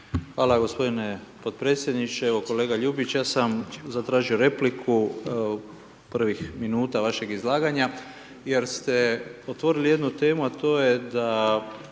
Hvala gospodine podpredsjedniče. Evo kolega Ljubić, ja sam zatražio repliku prvih minuta vašeg izlaganja, jer ste otvorili jednu temu, a to je da